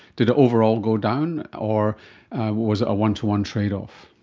did it overall go down or was it a one-to-one trade-off?